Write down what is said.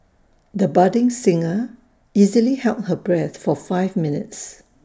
the budding singer easily held her breath for five minutes